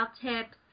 tips